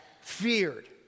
feared